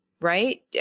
right